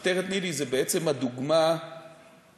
מחתרת ניל"י היא בעצם הדוגמה הראשונה